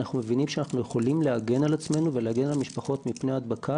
אנחנו מבינים שאנחנו יכולים להגן על עצמנו ולהגן על המשפחות מפני הדבקה